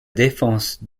défense